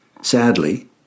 Sadly